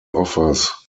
offers